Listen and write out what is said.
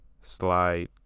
slide